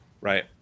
Right